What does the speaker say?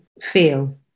feel